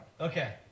Okay